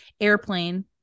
Airplane